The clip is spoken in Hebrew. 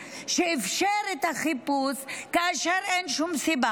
שאפשר את החיפוש כאשר אין שום סיבה.